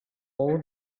all